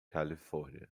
california